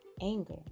anger